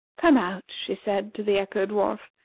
come out, she said to the echo-dwarf,